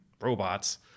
robots